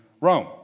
Rome